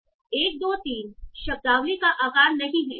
1 2 3 शब्दावली का आकार नहीं है